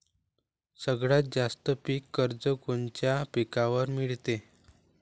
सगळ्यात जास्त पीक कर्ज कोनच्या पिकावर मिळते?